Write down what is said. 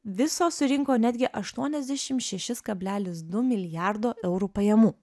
viso surinko netgi aštuoniasdešimt šešis kablelis du milijardo eurų pajamų